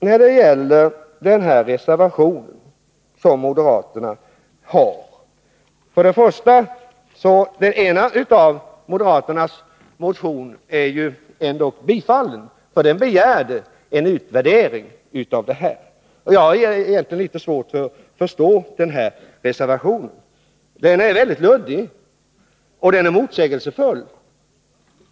När det gäller moderaternas motioner har ju ändock den ena av dessa tillgodosetts av utskottet, där det begärdes en utvärdering. Jag har egentligen litet svårt att förstå moderaternas reservation. Jag vågar säga att den är mycket luddig och motsägelsefull.